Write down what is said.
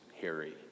Harry